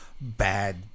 bad